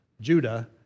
Judah